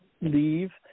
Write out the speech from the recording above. leave